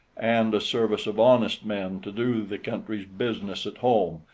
and a service of honest men to do the country's business at home,